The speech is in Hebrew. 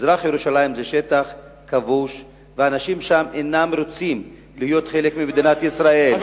מזרח-ירושלים זה שטח כבוש ואנשים שם אינם רוצים להיות חלק ממדינת ישראל,